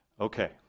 Okay